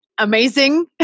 Amazing